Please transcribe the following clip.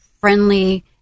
friendly